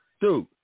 Dude